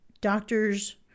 doctors